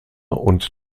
und